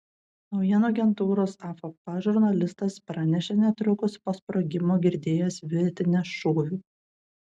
naujienų agentūros afp žurnalistas pranešė netrukus po sprogimo girdėjęs virtinę šūvių